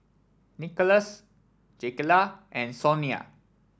Nikolas Jakayla and Sonya